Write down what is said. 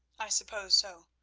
i suppose so.